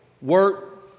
work